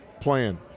playing